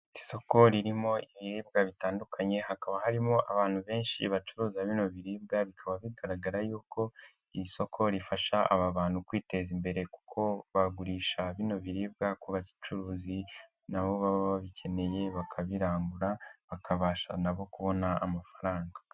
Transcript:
Isoko ririmo ibiribwa bitandukanye hakaba harimo abantu benshi bacuruza bino biribwa bikaba bigaragara yuko iri soko rifasha aba bantu kwiteza imbere kuko bagurisha bino biribwa ku bacuruzi nabo baba babikeneye bakabirangura bakabasha nabo kubona amafaranga.